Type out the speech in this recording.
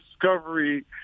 discovery